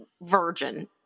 virgin